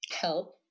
help